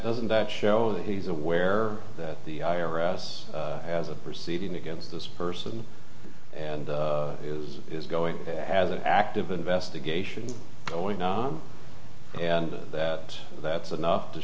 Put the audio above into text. doesn't that show that he's aware that the i r s has a proceeding against this person and is is going as an active investigation going on and that that's enough